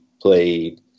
played